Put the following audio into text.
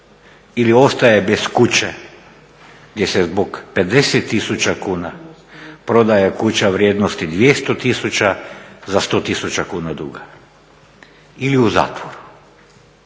ili ostaje bez kuće gdje se zbog 50 tisuća kuna prodaje kuća vrijednosti 200 tisuća za 100 tisuća kuna duga ili u zatvor.